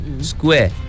Square